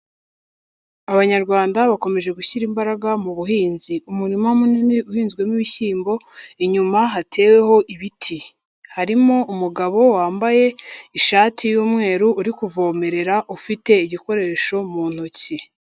Abanyarwanda bakomeje gushyira imbaraga mu buhinzi, umurima munini uhinzwemo ibishyimbo, inyuma hateweho ibiti, harimo umugabo wambaye ishati y'umweru, uri kuvomerera, ufite igikoresho mu ntoki.